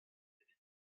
evit